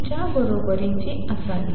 च्या बरोबरीची असावी